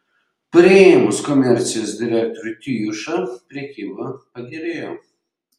priėmus komercijos direktorių tijušą prekyba pagerėjo